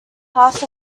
half